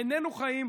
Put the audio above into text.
איננו חיים,